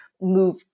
move